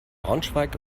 braunschweig